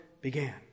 began